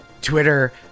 Twitter